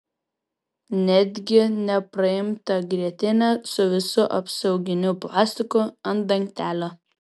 netgi nepraimtą grietinę su visu apsauginiu plastiku ant dangtelio